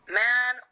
man